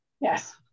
Yes